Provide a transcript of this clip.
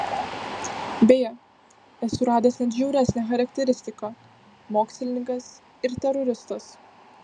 beje esu radęs net žiauresnę charakteristiką mokslininkas ir teroristas